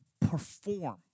perform